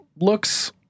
looks